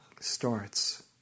starts